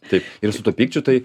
taip ir su tuo pykčiu tai